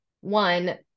one